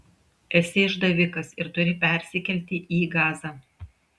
esi išdavikas ir turi persikelti į gazą